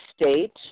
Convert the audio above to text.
state